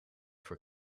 voor